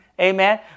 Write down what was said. Amen